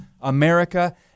America